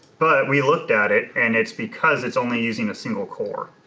but we looked at it and it's because it's only using a single core.